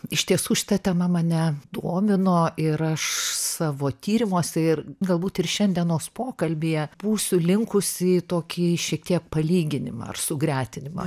iš tiesų šita tema mane domino ir aš savo tyrimuose ir galbūt ir šiandienos pokalbyje būsiu linkusi į tokį šiek tiek palyginimą ar sugretinimą